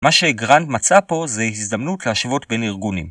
מה שגרנד מצא פה זה הזדמנות להשוות בין ארגונים.